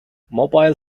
mobile